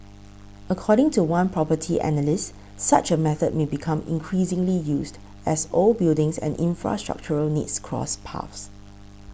according to one property analyst such a method may become increasingly used as old buildings and infrastructural needs cross paths